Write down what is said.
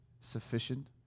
sufficient